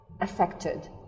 affected